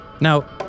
Now